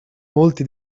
molti